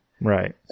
Right